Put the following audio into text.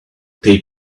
they